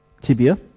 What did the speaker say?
Tibia